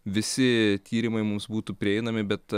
visi tyrimai mums būtų prieinami bet